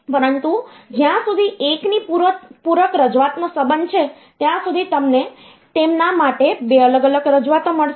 પરંતુ જ્યાં સુધી 1 ની પૂરક રજૂઆતનો સંબંધ છે ત્યાં સુધી તમને તેમના માટે 2 અલગ અલગ રજૂઆતો મળશે